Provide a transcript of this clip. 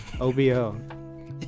OBO